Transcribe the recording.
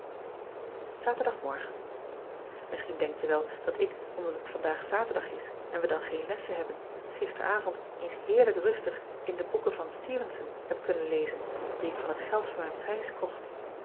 aterdagmorgen isschien denk je wel dat ik omdat het vandaag aterdag is en we dan geen lessen hebben gisteravond eens heerlijk rustig in de boeken van tevenson heb kunnen lezen die ik van het geld van mijn prijs kocht